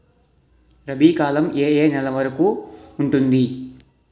రబీ కాలం ఏ ఏ నెల వరికి ఉంటుంది?